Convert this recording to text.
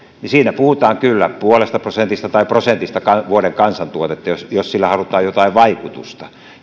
niin siinä puhutaan kyllä puolesta prosentista tai prosentista vuoden kansantuotetta jos jos sillä halutaan jotain vaikutusta